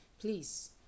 please